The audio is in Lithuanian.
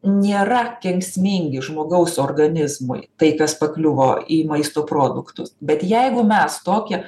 nėra kenksmingi žmogaus organizmui tai kas pakliuvo į maisto produktus bet jeigu mes tokią